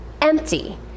empty